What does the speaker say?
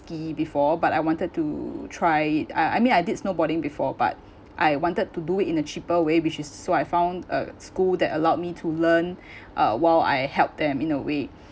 ski before but I wanted to try it I I mean I did snowboarding before but I wanted to do it in a cheaper way which is so I found a school that allowed me to learn uh while I help them in a way